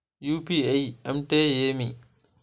UPI అంటే ఏమి?